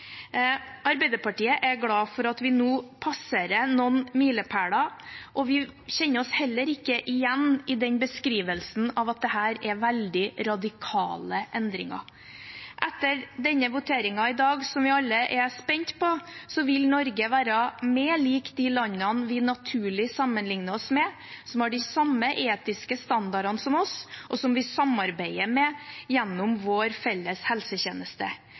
Arbeiderpartiet er glad for at vi nå passerer noen milepæler, og vi kjenner oss heller ikke igjen i beskrivelsen av at dette er veldig radikale endringer. Etter voteringen i dag, som vi alle er spent på, vil Norge være mer lik de landene vi naturlig sammenligner oss med, som har de samme etiske standardene som oss, og som vi samarbeider med gjennom vår felles helsetjeneste.